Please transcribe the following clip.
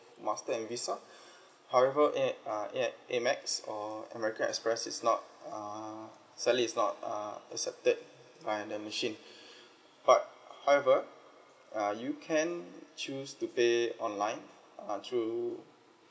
master and visa however a~ uh amax or american express is not uh sadly is not uh accepted by the machine but however uh you can choose to pay online uh through